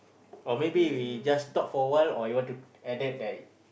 or maybe we just stop for a while or you want to added that